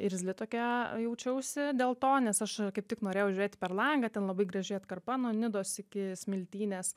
irzli tokia jaučiausi dėl to nes aš kaip tik norėjau žiūrėti per langą ten labai graži atkarpa nuo nidos iki smiltynės